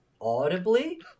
audibly